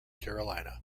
carolina